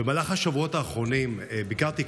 במהלך השבועות האחרונים ביקרתי,